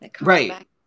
right